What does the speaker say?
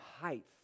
height